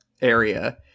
area